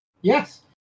Yes